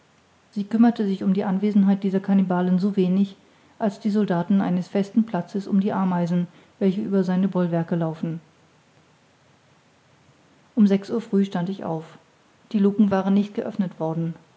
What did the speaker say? sie kümmerte sich um die anwesenheit dieser kannibalen so wenig als die soldaten eines festen platzes um die ameisen welche über seine bollwerke laufen um sechs uhr früh stand ich auf die lucken waren nicht geöffnet worden